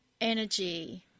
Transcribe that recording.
energy